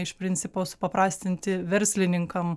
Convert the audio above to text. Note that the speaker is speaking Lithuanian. iš principo supaprastinti verslininkam